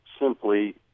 simply